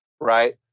Right